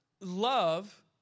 love